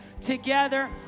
together